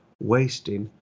wasting